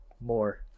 more